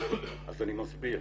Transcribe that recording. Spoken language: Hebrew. אני מסביר.